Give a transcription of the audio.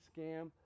scam